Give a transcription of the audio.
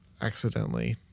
accidentally